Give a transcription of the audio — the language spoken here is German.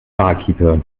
barkeeper